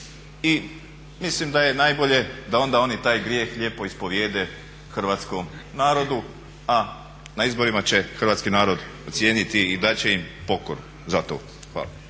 i mislim da je najbolje da onda oni taj grijeh lijepo ispovjede hrvatskom narodu, a na izborima će hrvatski narod procijeniti i dat će im pokoru za to. Hvala.